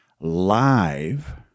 live